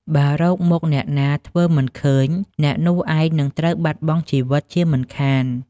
បើរកមុខអ្នកធ្វើមិនឃើញ អ្នកនោះឯងនឹងត្រូវបាត់បង់ជីវិតជាមិនខាន ។